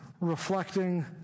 reflecting